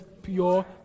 Pure